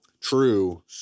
True